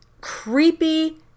creepy